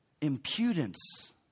impudence